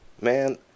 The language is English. man